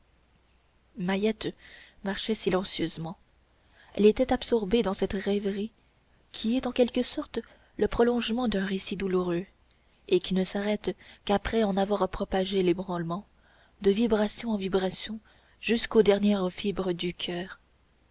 mahiette marchait silencieusement elle était absorbée dans cette rêverie qui est en quelque sorte le prolongement d'un récit douloureux et qui ne s'arrête qu'après en avoir propagé l'ébranlement de vibration en vibration jusqu'aux dernières fibres du coeur